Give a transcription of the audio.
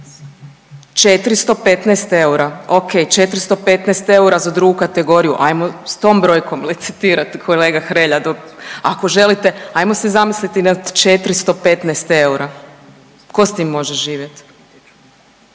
415 eura, okej, 415 eura, za drugu kategoriju, ajmo s tom brojkom licitirati, kolega Hrelja, dok, ako želite, ajmo si zamisliti nad 415 eura. Tko s tim može živjeti?